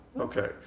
Okay